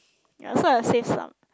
ya so I'll save some